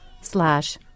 slash